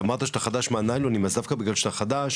אמרת שאתה חדש מהניילונים; דווקא בגלל שאתה חדש